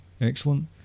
excellent